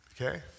Okay